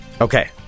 Okay